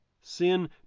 Sin